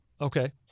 Okay